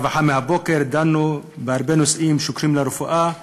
הרווחה והבריאות דנו בבוקר בהרבה נושאים שקשורים לרפואה,